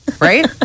right